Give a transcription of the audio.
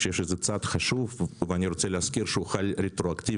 אני חושב שזה צעד חשוב ואני רוצה להזכיר שהוא חל רטרואקטיבית